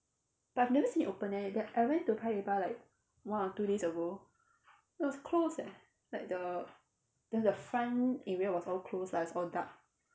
but I've never seen it open eh that I went to paya lebar like one or two days ago it was closed eh like the the the front area was all closed like it's all dark